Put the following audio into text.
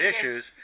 issues